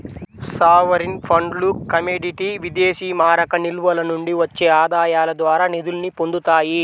sovereign ఫండ్లు commodity విదేశీమారక నిల్వల నుండి వచ్చే ఆదాయాల ద్వారా నిధుల్ని పొందుతాయి